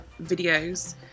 videos